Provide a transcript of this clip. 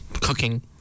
cooking